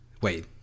Wait